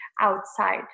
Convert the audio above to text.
outside